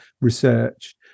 research